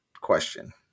question